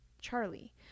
Charlie